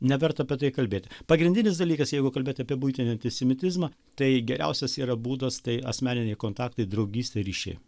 neverta apie tai kalbėt pagrindinis dalykas jeigu kalbėt apie buitinį antisemitizmą tai geriausias yra būdas tai asmeniniai kontaktai draugystė ryšiai